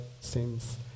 seems